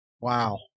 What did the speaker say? Wow